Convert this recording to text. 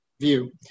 view